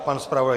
Pan zpravodaj?